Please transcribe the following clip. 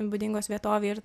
būdingos vietovei ir